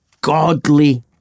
godly